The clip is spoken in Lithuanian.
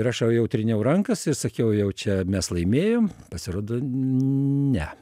ir aš jau jau tryniau rankas ir sakiau jau čia mes laimėjom pasirodo ne